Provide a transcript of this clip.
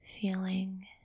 feeling